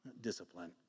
discipline